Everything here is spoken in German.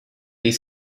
die